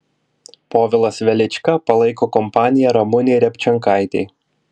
povilas velička palaiko kompaniją ramunei repčenkaitei